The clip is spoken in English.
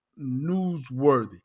newsworthy